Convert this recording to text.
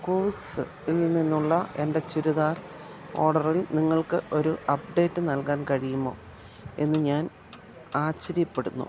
കൂവ്സ്സിൽ നിന്നുള്ള എൻ്റെ ചുരിദാർ ഓർഡറിൽ നിങ്ങൾക്ക് ഒരു അപ്ഡേറ്റ് നൽകാൻ കഴിയുമോ എന്ന് ഞാൻ ആശ്ചര്യപ്പെടുന്നു